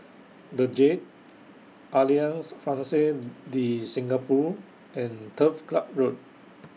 The Jade Alliance Francaise De Singapour and Turf Club Road